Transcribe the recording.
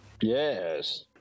Yes